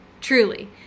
truly